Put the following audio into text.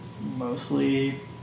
mostly